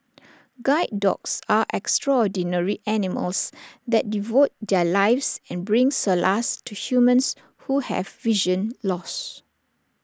guide dogs are extraordinary animals that devote their lives and bring solace to humans who have vision loss